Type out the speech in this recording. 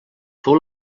fou